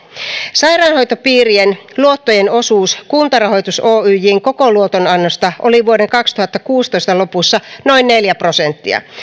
sairaanhoitopiirien luottojen osuus kuntarahoitus oyjn koko luotonannosta oli vuoden kaksituhattakuusitoista lopussa noin neljä prosenttia